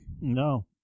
No